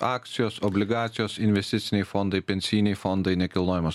akcijos obligacijos investiciniai fondai pensiniai fondai nekilnojamas